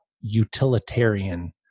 utilitarian